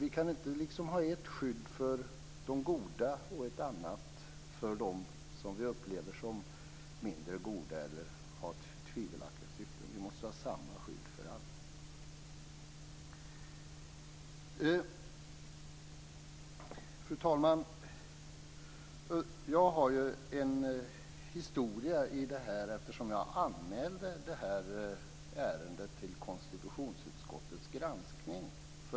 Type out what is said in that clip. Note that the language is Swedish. Vi kan inte ha ett skydd för de goda och ett annat för dem som vi upplever som mindre goda eller som har tvivelaktiga syften. Vi måste ha samma skydd för alla. Fru talman! Jag har ju ett förflutet i det här sammanhanget, eftersom jag för ett par år sedan anmälde det här ärendet till konstitutionsutskottets granskning.